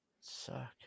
Suck